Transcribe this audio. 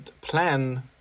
plan